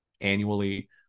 annually